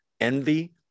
envy